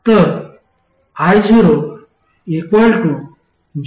तर iogmgmGsii